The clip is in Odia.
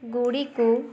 ଗୁଡ଼ିକ